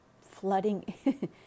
flooding